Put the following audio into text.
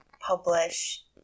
publish